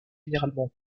généralement